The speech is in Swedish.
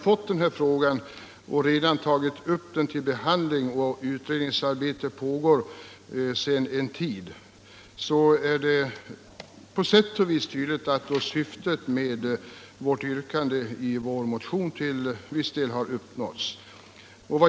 Då frågan nu har hänskjutits till pensionskommittén, som redan sedan en tid behandlar den, har syftet med vår motion till viss del uppnåtts.